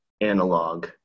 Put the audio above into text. analog